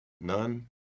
none